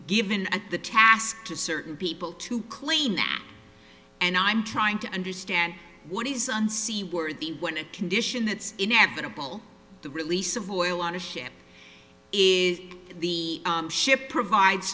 given the task to certain people to clean and i'm trying to understand what is unseaworthy what a condition that's inevitable the release of oil on a ship is the ship provides